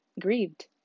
grieved